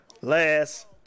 last